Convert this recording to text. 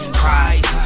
cries